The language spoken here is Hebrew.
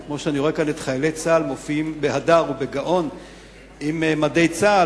וכמו שאני רואה כאן את חיילי צה"ל מופיעים בהדר ובגאון במדי צה"ל,